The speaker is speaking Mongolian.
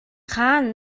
хаана